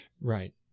Right